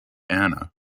ana